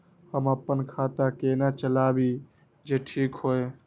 हम अपन खाता केना चलाबी जे ठीक होय?